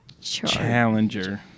Challenger